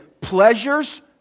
pleasures